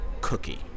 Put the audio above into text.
cookie